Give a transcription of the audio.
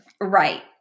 Right